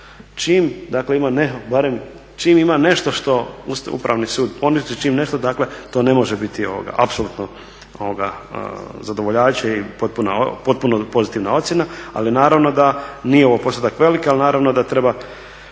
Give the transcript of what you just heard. Čim nešto što Upravni sud poništi dakle to ne može biti apsolutno zadovoljavajuće i potpuno pozitivna ocjena. Nije ovo postotak velik, ali naravno da treba